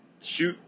shoot